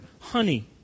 honey